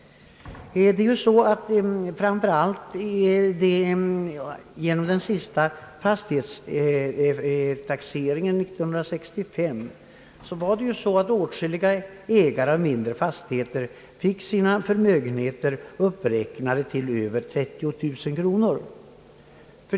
Framför allt genom den senaste fastighetstaxeringen 1965 fick åtskilliga ägare av mindre fastigheter sina förmögenheter uppräknade till över 30 000 kronor.